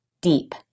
deep